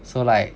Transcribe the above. so like